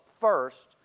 first